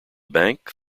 bank